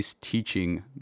teaching